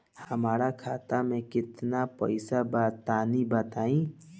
हमरा खाता मे केतना पईसा बा तनि बताईं?